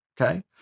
okay